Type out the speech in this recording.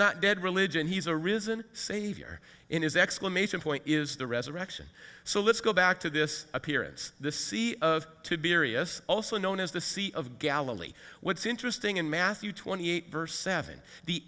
not dead religion he's a risen savior in his exclamation point is the resurrection so let's go back to this appearance the sea of tiberius also known as the sea of galilee what's interesting in matthew twenty eight verse seven the